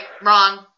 wrong